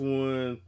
one